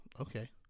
Okay